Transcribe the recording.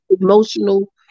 Emotional